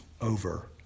over